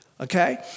okay